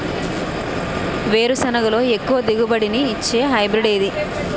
వేరుసెనగ లో ఎక్కువ దిగుబడి నీ ఇచ్చే హైబ్రిడ్ ఏది?